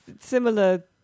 similar